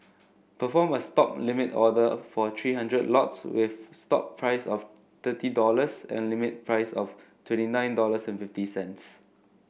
perform a stop limit order for three hundred lots with stop price of thirty dollars and limit price of twenty nine dollars and fifty cents